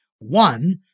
one